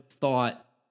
thought